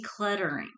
decluttering